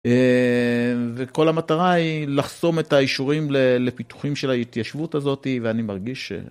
וכל המטרה היא לחסום את האישורים לפיתוחים של ההתיישבות הזאת, ואני מרגיש ש...